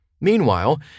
Meanwhile